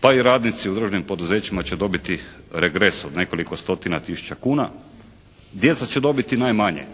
Pa i radnici u državnim poduzećima će dobiti regres od nekoliko stotina tisuća kuna. Djeca će dobiti najmanje.